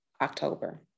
October